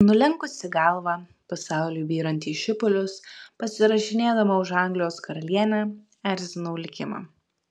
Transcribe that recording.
nulenkusi galvą pasauliui byrant į šipulius pasirašinėdama už anglijos karalienę erzinau likimą